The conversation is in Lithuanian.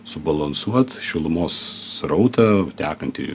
subalansuot šilumos srautą tekantį